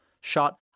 shot